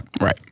Right